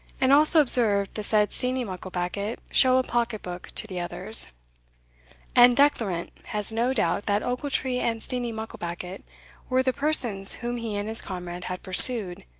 and also observed the said steenie mucklebackit show a pocket-book to the others and declarant has no doubt that ochiltree and steenie mucklebackit were the persons whom he and his comrade had pursued,